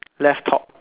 left top